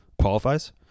qualifies